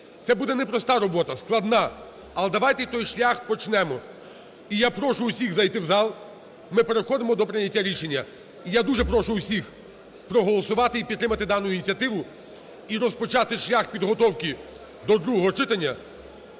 Це буде не проста робота, складна, але давайте той шлях почнемо. І я прошу усіх зайти в зал. Ми переходимо до прийняття рішення. І я дуже прошу усіх проголосувати і підтримати дану ініціативу, і розпочати шлях підготовки до другого читання.